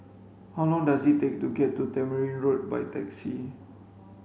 how long does it take to get to Tamarind Road by taxi